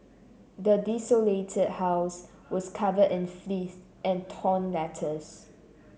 the desolated house was covered in filth and torn letters